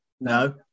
No